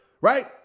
right